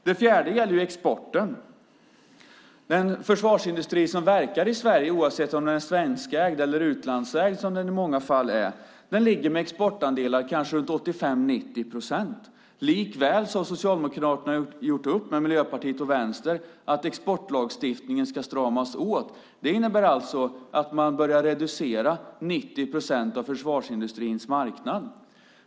Den fjärde frågan gäller exporten. Den försvarsindustri som verkar i Sverige, oavsett om den är svenskägd eller utlandsägd, som den i många fall är, ligger med exportandelar på kanske 85-90 procent. Likväl har Socialdemokraterna gjort upp med Miljöpartiet och Vänstern att exportlagstiftningen ska stramas åt. Det innebär alltså att man börjar reducera 90 procent av försvarsindustrins marknad.